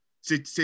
c'est